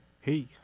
Hey